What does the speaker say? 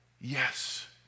Yes